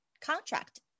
contract